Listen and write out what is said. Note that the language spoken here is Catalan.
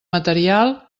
material